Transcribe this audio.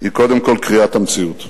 היא קודם כול קריאת המציאות.